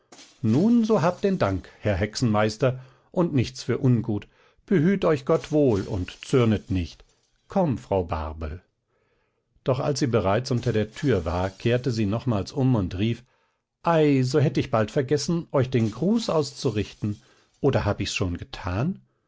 nun so habt denn dank herr hexenmeister und nichts für ungut behüt euch gott wohl und zürnet nicht komm frau barbel doch als sie bereits unter der tür war kehrte sie nochmals um und rief ei so hätte ich bald vergessen euch den gruß auszurichten oder hab ich's schon getan